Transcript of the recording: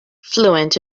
fluent